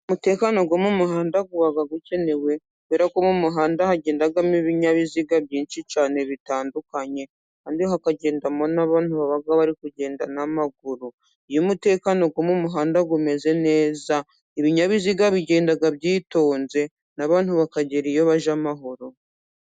Umutekano wo mu muhanda kenewe kubera ko mu muhanda hagendamo ibinyabiziga byinshi cyane bitandukanye, kandi hakagendamo n'abantu baba bari kugenda n'amaguru. Iyo umutekano wo mu muhanda umeze neza, ibinyabiziga bigenda byitonze n'abantu bakagera iyo bajya amahoro.